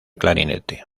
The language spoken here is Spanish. clarinete